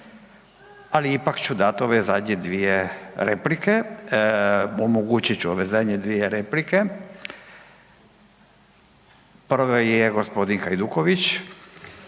ali ipak ću dati ove zadnje dvije replike, omogućit ću ove zadnje dvije replike, prvi je gospodin Hajduković.